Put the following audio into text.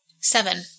Seven